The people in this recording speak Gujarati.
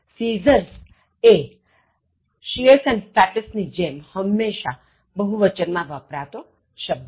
Scissors એ shears and fetters ની જેમ હંમેશા બહુવચન માં વપરાતો શબ્દ છે